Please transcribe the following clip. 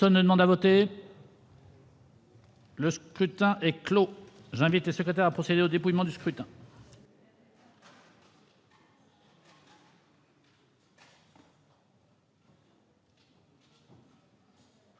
Le scrutin est clos. J'invite Mmes et MM. les secrétaires à procéder au dépouillement du scrutin.